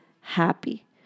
happy